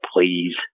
please